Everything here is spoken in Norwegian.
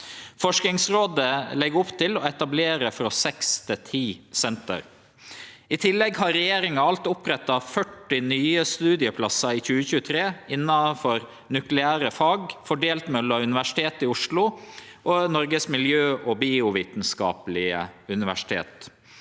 Forskingsrådet legg opp til å etablere frå seks til ti senter. I tillegg har regjeringa alt oppretta 40 nye studieplassar i 2023 innanfor nukleære fag, fordelte mellom Universitet i Oslo og Noregs miljøog biovitenskapelege universitet.